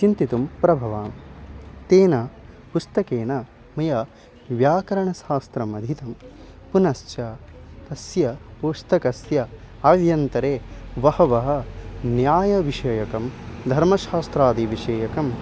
चिन्तितुं प्रभवामः तेन पुस्तकेन मया व्याकरणशास्त्रम् अधीतं पुनश्च तस्य पुस्तकस्य आभ्यन्तरे बहवः न्यायविषयकं धर्मशास्त्रादि विषयकम्